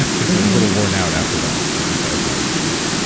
because you're a little worn out after that. at least that was my experience.